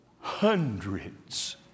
hundreds